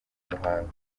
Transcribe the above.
muhanga